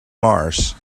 mars